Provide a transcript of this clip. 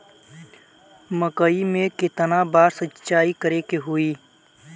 मकई में केतना बार सिंचाई करे के होई?